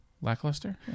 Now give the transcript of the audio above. Lackluster